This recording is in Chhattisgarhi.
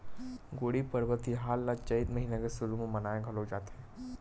गुड़ी पड़वा तिहार ल चइत महिना के सुरू म मनाए घलोक जाथे